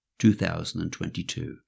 2022